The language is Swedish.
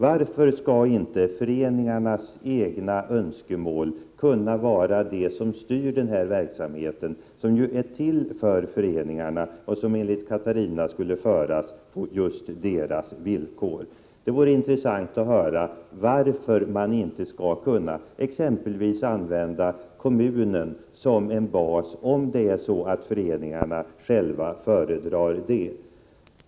Varför skall inte föreningarnas egna önskemål kunna få styra denna verksamhet, som ju är till för föreningarna och som enligt Catarina Rönnung skulle bedrivas på just deras villkor? Det vore intressant att höra varför föreningarna inte skall kunna använda exempelvis kommunen som en bas, om de själva föredrar detta.